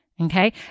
Okay